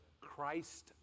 Christ